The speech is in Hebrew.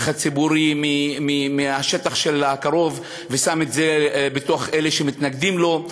הציבורי משטח הקרוב ושם את זה בתוך של אלה שמתנגדים לו,